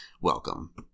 welcome